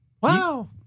Wow